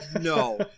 No